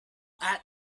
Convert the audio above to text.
add